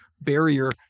barrier